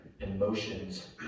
emotions